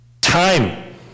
Time